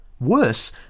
Worse